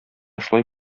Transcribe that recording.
шулай